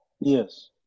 Yes